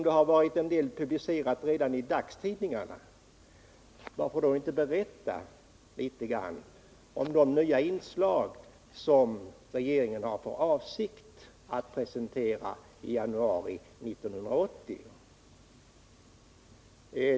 Det har ju redan publicerats en del i dagstidningarna, så varför inte berätta litet grand om de nya inslag som regeringen har för avsikt att presentera i januari 1980?